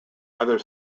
other